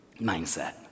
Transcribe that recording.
mindset